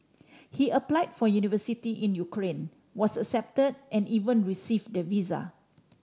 he applied for university in Ukraine was accepted and even received the visa